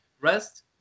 rest